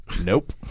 Nope